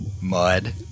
mud